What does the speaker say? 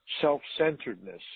self-centeredness